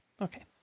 Okay